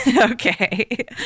Okay